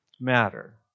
matter